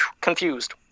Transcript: confused